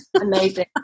Amazing